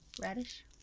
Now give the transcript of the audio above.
Radish